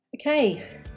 Okay